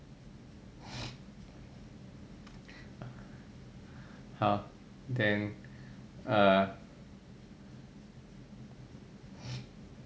好 then err